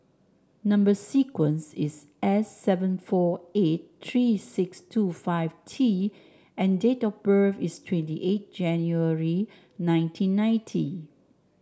number sequence is S seven four eight three six two five T and date of birth is twenty eight January nineteen ninety